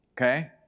Okay